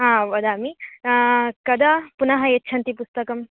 हा वदामि कदा पुनः यच्छन्ति पुस्तकम्